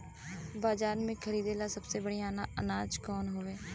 बाजार में खरदे ला सबसे बढ़ियां अनाज कवन हवे?